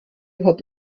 hat